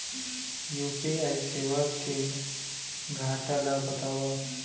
UPI सेवा के घाटा ल बतावव?